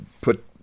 put